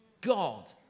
God